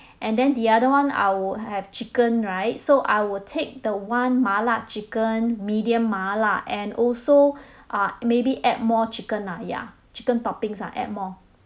and then the other one I would have chicken right so I will take the one mala chicken medium mala and also uh maybe add more chicken ah ya chicken toppings ah add more